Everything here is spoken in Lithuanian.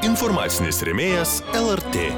informacinis rėmėjas lrt